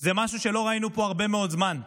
זה משהו שלא ראינו פה הרבה מאוד זמן.